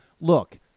look